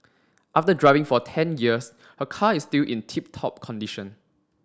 after driving for ten years her car is still in tip top condition